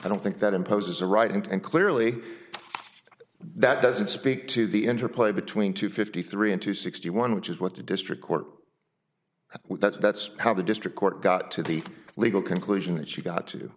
i think that imposes a right and clearly that doesn't speak to the interplay between two fifty three and two sixty one which is what the district court that's how the district court got to the legal conclusion that she got to